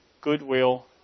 goodwill